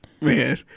Man